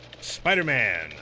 Spider-Man